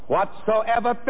Whatsoever